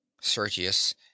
sergius